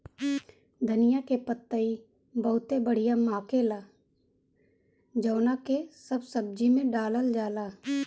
धनिया के पतइ बहुते बढ़िया महके ला जवना के सब सब्जी में डालल जाला